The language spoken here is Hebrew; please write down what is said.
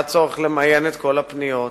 היה צורך למיין את כל הפניות,